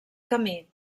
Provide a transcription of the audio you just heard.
camí